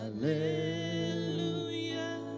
hallelujah